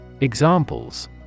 Examples